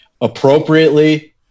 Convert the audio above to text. appropriately